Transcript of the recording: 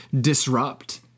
disrupt